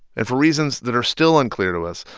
and for reasons that are still unclear to us,